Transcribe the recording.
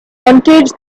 wanted